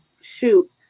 shoot